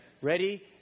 Ready